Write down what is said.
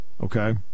Okay